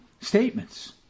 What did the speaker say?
statements